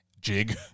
jig